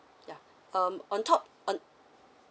yup um on top on